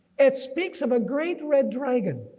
it speaks of a great red dragon